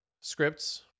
scripts